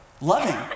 loving